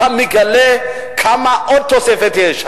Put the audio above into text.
אתה מגלה כמה עוד תוספת יש.